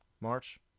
March